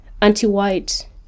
anti-white